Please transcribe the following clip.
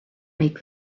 make